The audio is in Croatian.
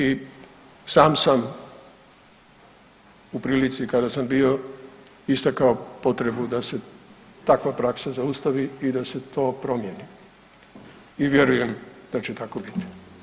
I sam sam u prilici kada sam bio istakao potrebu da se takva praksa zaustavi i da se to promijeni i vjerujem da će tako biti.